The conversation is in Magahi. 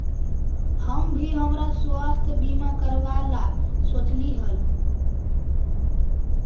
हम भी हमरा स्वास्थ्य बीमा करावे ला सोचली हल